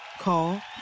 Call